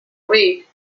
way